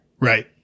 right